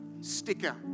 sticker